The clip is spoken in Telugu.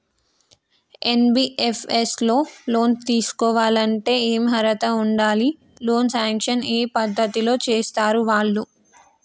ఎన్.బి.ఎఫ్.ఎస్ లో లోన్ తీస్కోవాలంటే ఏం అర్హత ఉండాలి? లోన్ సాంక్షన్ ఏ పద్ధతి లో చేస్తరు వాళ్లు?